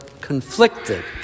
conflicted